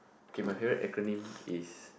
okay my favourite acronym is